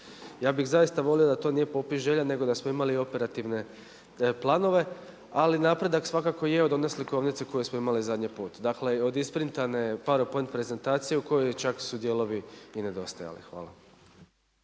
Ja bih zaista volio da to nije popis želja nego da smo imali operativne planove, ali napredak svakako je od one slikovnice koje smo imali zadnji put, dakle od isprintane PowerPoint prezentacije u kojoj čak su dijelovi i nedostajali. Hvala.